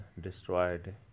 destroyed